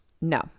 No